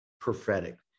prophetic